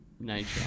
nature